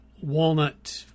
walnut